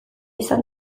izan